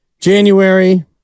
January